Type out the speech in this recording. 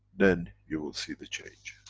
then you will see the change.